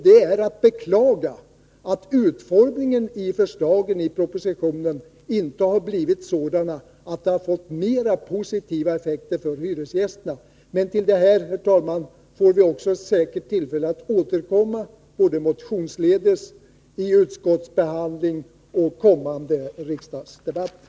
Det är att beklaga att utformningen av förslagen i propositionen inte har blivit sådan att de har fått mer positiva effekter för hyresgästerna. Men till detta, herr talman, får vi också säkert tillfälle att återkomma både motionsledes, i utskottsbehandling och i kommande riksdagsdebatter.